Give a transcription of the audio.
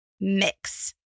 mix